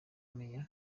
meya